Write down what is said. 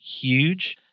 huge